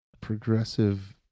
Progressive